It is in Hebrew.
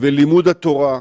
לחינוך ולמוזיקה.